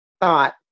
thought